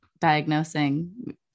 diagnosing